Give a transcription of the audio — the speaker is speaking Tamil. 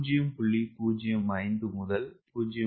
05 முதல் 0